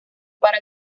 para